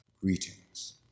Greetings